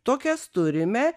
tokias turime